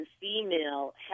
female